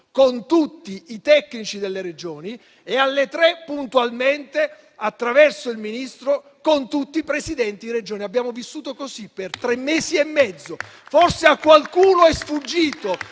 con tutti i tecnici delle Regioni, e alle 15, puntualmente, attraverso il Ministro, con tutti i Presidenti di Regione. Noi abbiamo vissuto così per tre mesi e mezzo. Forse a qualcuno è sfuggito,